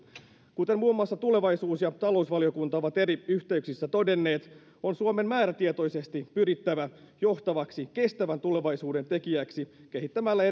kuten muun muassa tulevaisuus ja talousvaliokunta ovat eri yhteyksissä todenneet on suomen määrätietoisesti pyrittävä johtavaksi kestävän tulevaisuuden tekijäksi kehittämällä